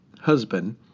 husband